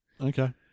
Okay